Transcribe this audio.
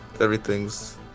Everything's